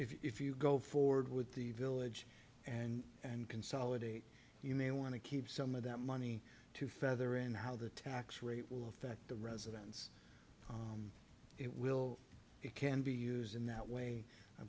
if you go forward with the village and and consolidate you may want to keep some of that money to feather in how the tax rate will affect the residents it will it can be used in that way i